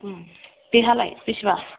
बिहालाय बेसेबां